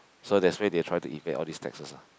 so that's why they try to evade all these taxes lah